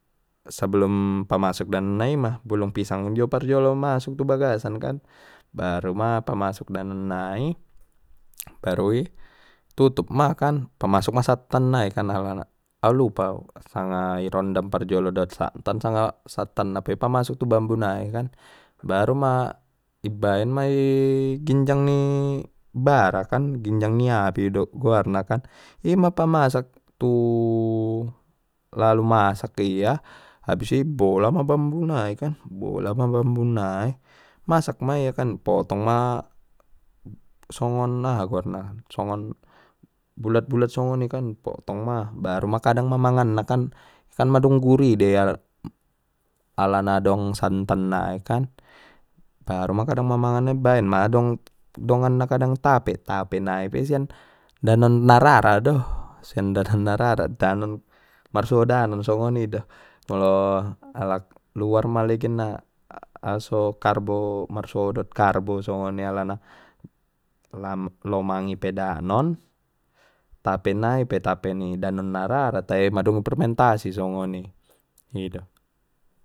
Sebelum pamasuk danon nai ima bulung pisang jo parjolo masuk tubagasan kan baru ma pamasuk danon nai baru i tutup ma pamasuk ma sattan nai kan al ala au lupa au sanga i rondam parjolo dot santan sanga sattan na pe ipamasuk tu bambu nai kan baruma ibaen ma i ginjang ni bara kan ginjang ni api do goarna kan ima pamasak tu lalu masak ia habis i bola ma bambu nai bola ma bambu nai masak ma ia kan potong ma songon aha goarna songon bulat bulat songoni kan potong ma baru ma kadang mamangan na kan madung gurih mei alana dong santan nai kan baru ma kadang ma mangan nai baen ma adong dongan na kadang tape tape nai pe sian danon na rara do sian danon na rara danon marsuo danon songonida molo alak luar maliginna aso karbo marsuo dot karbo songoni alana la-lomang i pe danon tape nai pe tapi ni danon na rara tai madung fermentasi songoni ido.